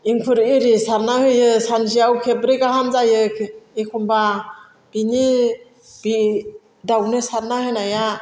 एंखुर एरि सारनानै होयो सानसेयाव खेबब्रै गाहाम जायो एखमब्ला बिनि बे दाउनो सारना होनाया